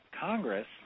Congress